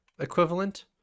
equivalent